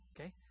okay